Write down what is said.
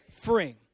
free